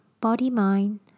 body-mind